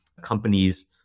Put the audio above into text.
companies